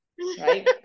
right